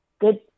good